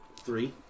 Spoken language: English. Three